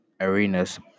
arenas